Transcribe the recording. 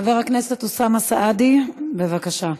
חבר הכנסת אוסאמה סעדי, בבקשה.